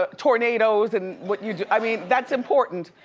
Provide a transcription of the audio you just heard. ah tornadoes and what you do. i mean that's important,